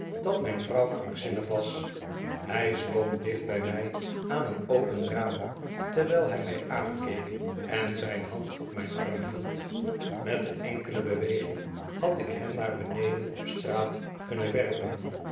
dat mijn vrouw krankzinnig was hij stond dieht bij mij aan een open raam terwijl hij mij aankeek en zijn hand op mijn arm hield met een enkele beweging had ik hem naar beneden op straat kunnen werpen